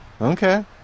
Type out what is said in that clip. Okay